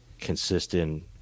consistent